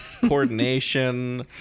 coordination